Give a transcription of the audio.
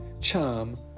charm